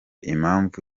impamvu